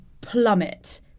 plummet